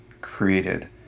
created